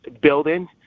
building